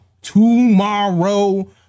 Tomorrow